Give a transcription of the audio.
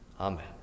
Amen